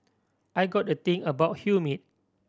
I got a thing about humid